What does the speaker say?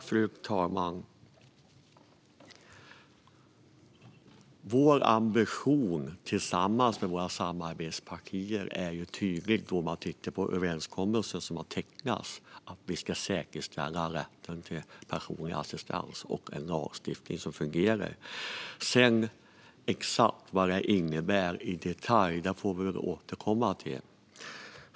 Fru talman! Vår ambition tillsammans med våra samarbetspartier är ju tydlig om man tittar på den överenskommelse som har träffats: Vi ska säkerställa rätten till personlig assistans och ha en lagstiftning som fungerar. Exakt vad detta innebär i detalj får vi återkomma till.